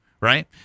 right